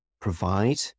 provide